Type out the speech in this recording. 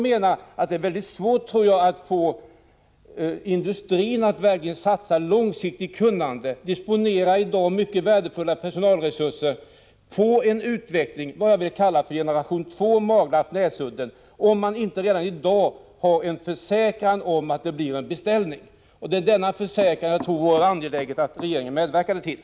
Det är mycket svårt att få industrin — som i dag disponerar mycket värdefulla personalresurser — att satsa långsiktigt på en utveckling av vad jag vill kalla andra generationen av Maglarp och Näsudden, om industrin inte redan i dag får en försäkran om en beställning. Det är angeläget att regeringen medverkar till att industrin får denna försäkran.